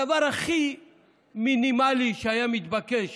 הדבר הכי מינימלי שהיה מתבקש